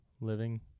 living